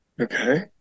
Okay